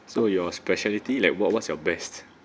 so your speciality like what what's your best